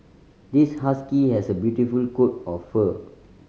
this husky has a beautiful coat of fur